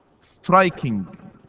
striking